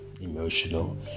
emotional